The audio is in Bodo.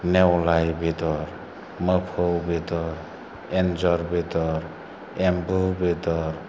नेवलाइ बेदर मोफौ बेदर एनजर बेदर एम्बु बेदर